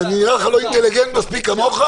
אני נראה לך לא אינטליגנט מספיק כמוך?